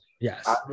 yes